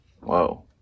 Whoa